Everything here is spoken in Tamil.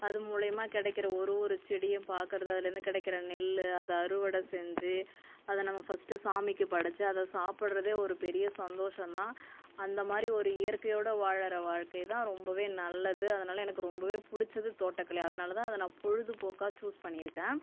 அது மூலயமா கிடைக்குற ஒரு ஒரு செடியும் பார்க்கறது அதுலேருந்து கிடைக்குற நெல்லு அதை அறுவடை செஞ்சு அதை நம்ம ஃபர்ஸ்ட் சாமிக்கு படைச்சி அதை சாப்பிடுறதே ஒரு பெரிய சந்தோஷம் தான் அந்த மாதிரி ஒரு இயற்கையோட வாழகிற வாழ்க்கை தான் ரொம்பவே நல்லது அதனால் எனக்கு ரொம்பவே பிடிச்சது தோட்டக்கலை அதனால் தான் அதை நான் பொழுதுபோக்காக சூஸ் பண்ணியிருக்கேன்